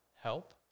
help